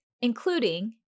including